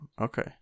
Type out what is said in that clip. okay